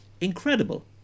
incredible